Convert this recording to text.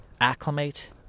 acclimate